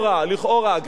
אגרסיבית,